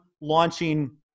launching